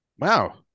Wow